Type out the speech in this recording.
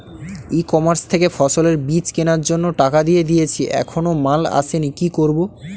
ই commerce থেকে ফসলের বীজ কেনার জন্য টাকা দিয়ে দিয়েছি এখনো মাল আসেনি কি করব?